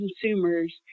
consumers